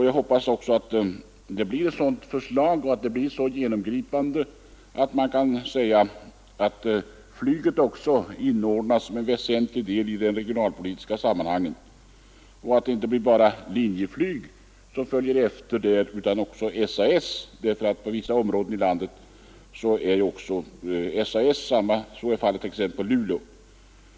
Jag hoppas att förslaget blir så genomgripande att flyget inordnas som en väsentlig del i de regionalpolitiska sammanhangen. Men då fordras att SAS följer efter Linjeflyg i det här avseendet. För vissa områden är SAS:s verksamhet av lika stor betydelse som Linjeflygs. Så är fallet t.ex. i Luleå.